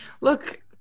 look